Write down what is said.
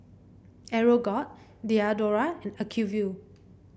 Aeroguard Diadora and Acuvue